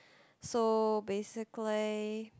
so basically